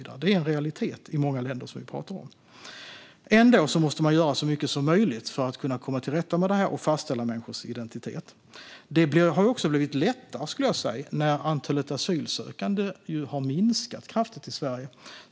Detta är en realitet i många länder som vi pratar om. Ändå måste man göra så mycket som möjligt för att komma till rätta med detta och kunna fastställa människors identitet. Detta har också, skulle jag säga, blivit lättare när antalet asylsökande ju har minskat kraftigt i Sverige.